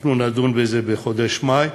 אנחנו נדון בזה בחודש מאי,